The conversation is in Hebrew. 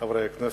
חברי הכנסת,